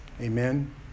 Amen